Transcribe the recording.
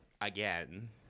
again